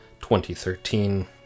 2013